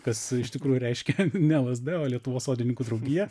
kas iš tikrųjų reiškia ne lazda o lietuvos sodininkų draugija